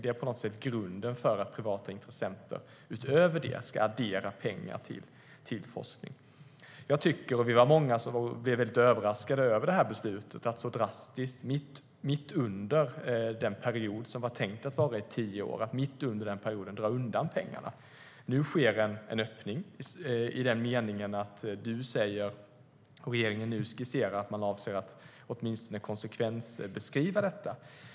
Det är grunden för att privata intressenter utöver det ska addera pengar till forskning. Vi var många som blev överraskade av beslutet att så drastiskt och mitt under tioårsperioden dra undan pengarna. Nu sker en öppning i den meningen att Per Bolund säger att regeringen avser att konsekvensbeskriva detta.